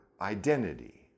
identity